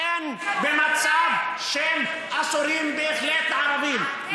והן במצב שהן אסורות בהחלט לערבים,